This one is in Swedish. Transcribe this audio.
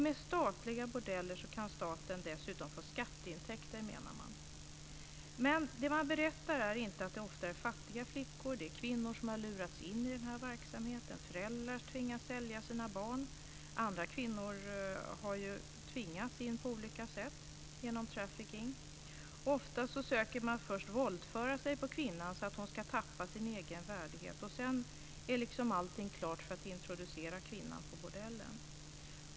Med statliga bordeller kan staten dessutom få skatteintäkter, menar man. Men det man berättar är inte att det ofta är fråga om fattiga flickor. Det är kvinnor som har lurats in i den här verksamheten. Föräldrar tvingas sälja sina barn. Andra kvinnor har tvingats in på olika sätt, genom trafficking. Ofta söker man först våldföra sig på kvinnan, så att hon ska tappa sin egen värdighet. Sedan är liksom allting klart för att introducera kvinnan på bordellen.